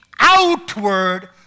Outward